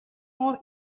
more